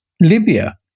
Libya